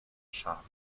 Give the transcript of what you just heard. charmes